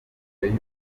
y’uko